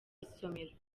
isomero